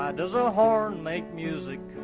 does a horn make music?